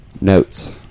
Notes